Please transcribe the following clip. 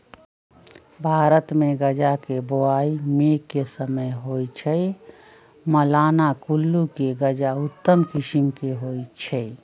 भारतमे गजा के बोआइ मेघ के समय होइ छइ, मलाना कुल्लू के गजा उत्तम किसिम के होइ छइ